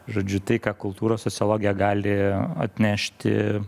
žodžiu tai ką kultūros sociologija gali atnešti